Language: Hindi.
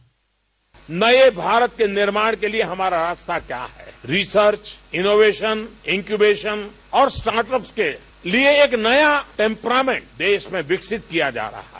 बाइट नये भारत निर्माण के लिए हमारा रास्ता क्या है रिसर्च इनोवेशन इक्यूवेशन और स्टार्ट अप के लिए एक नया इम्प्राइमेंट देश में विकसित किया जा रहा है